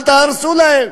אל תהרסו להם.